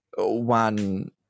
one